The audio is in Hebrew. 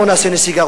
בוא נעשה נסיגה.